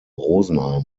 rosenheim